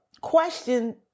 question